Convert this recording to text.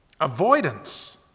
Avoidance